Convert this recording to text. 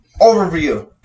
overview